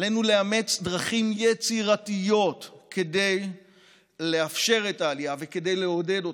עלינו לאמץ דרכים יצירתיות כדי לאפשר את העלייה וכדי לעודד אותה,